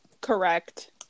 Correct